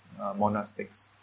monastics